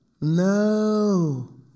No